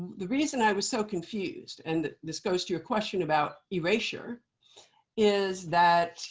the reason i was so confused and this goes to your question about erasure is that